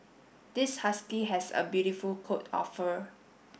this husky has a beautiful coat of fur